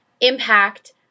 impact